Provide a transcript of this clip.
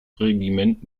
regiment